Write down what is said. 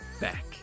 back